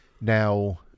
now